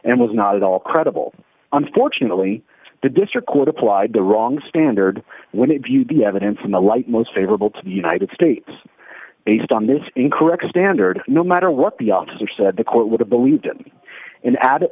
and was not at all credible unfortunately the district court applied the wrong standard when it viewed the evidence in the light most favorable to the united states based on this incorrect standard no matter what the officer said the court would have believed him and add